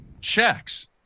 checks